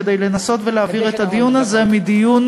כדי לנסות להעביר את הדיון הזה מדיון